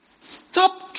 Stop